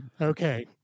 Okay